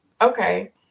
okay